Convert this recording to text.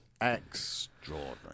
Extraordinary